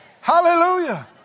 Hallelujah